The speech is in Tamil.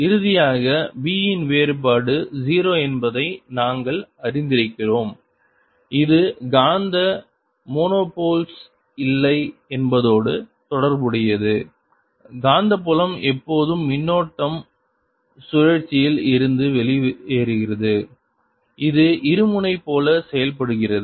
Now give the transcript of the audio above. இறுதியாக B இன் வேறுபாடு 0 என்பதை நாங்கள் அறிந்திருக்கிறோம் இது காந்த மோனோபோல்கள் இல்லை என்பதோடு தொடர்புடையது காந்தப்புலம் எப்போதும் மின்னோட்டம் சுழற்சியில் இருந்து வெளிவருகிறது இது இருமுனை போல செயல்படுகிறது